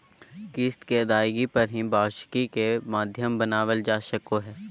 किस्त के अदायगी पर ही वार्षिकी के माध्यम बनावल जा सको हय